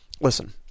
listen